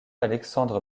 alexandre